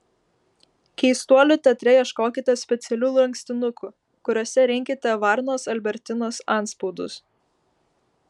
keistuolių teatre ieškokite specialių lankstinukų kuriuose rinkite varnos albertinos antspaudus